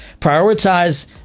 Prioritize